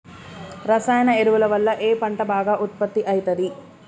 రసాయన ఎరువుల వల్ల ఏ పంట బాగా ఉత్పత్తి అయితది?